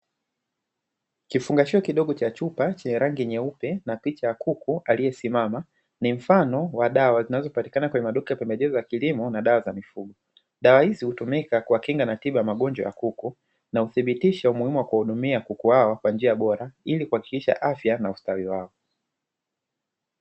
Kifungashio kidogo cha chupa chenye rangi nyeupe na picha ya kuku aliyesimama, ni mfano wa dawa zinazopatikana kwenye maduka ya pembejeo za kilimo na dawa za mifugo. Dawa hizi hutumika kwa kinga na tiba ya magonjwa ya kuku na uthibitisha umuhimu wa kuwahudumia kuku wao kwa njia bora ili kuhakikisha afya na ustawi wao.